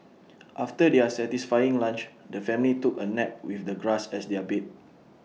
after their satisfying lunch the family took A nap with the grass as their bed